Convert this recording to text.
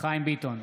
חיים ביטון,